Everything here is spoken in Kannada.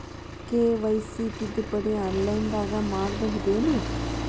ಕೆ.ವೈ.ಸಿ ತಿದ್ದುಪಡಿ ಆನ್ಲೈನದಾಗ್ ಮಾಡ್ಬಹುದೇನು?